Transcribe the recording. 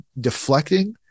deflecting